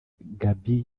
gaby